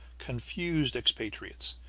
confused expatriates,